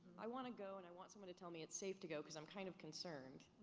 i wanna go and i want someone to tell me it's safe to go cause i'm kind of concerned,